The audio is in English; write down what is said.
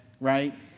right